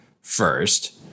First